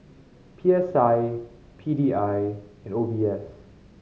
P S I P D I and O B S